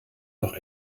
noch